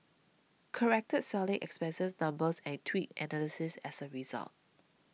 corrected selling expenses numbers and tweaked analyses as a result